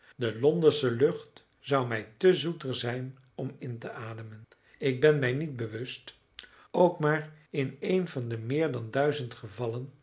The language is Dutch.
de londensche lucht zou mij te zoeter zijn om in te ademen ik ben mij niet bewust ook maar in een van de meer dan duizend gevallen